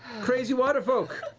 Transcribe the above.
crazy water folk.